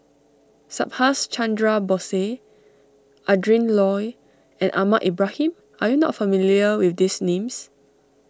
Subhas Chandra Bose Adrin Loi and Ahmad Ibrahim are you not familiar with these names